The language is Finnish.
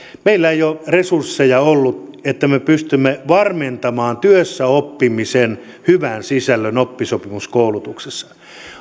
meillä ei ole resursseja ollut että me pystymme varmentamaan työssäoppimisen hyvän sisällön oppisopimuskoulutuksessa